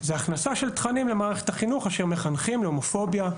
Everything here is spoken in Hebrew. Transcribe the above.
היא הכנסה של תכנים למערכת החינוך אשר מחנכים להומופוביה,